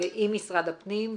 ועם משרד הפנים,